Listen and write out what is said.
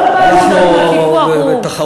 כל פעם כשמדברים על קיפוח הוא,